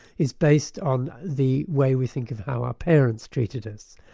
is based on the way we think of how our parents treated us.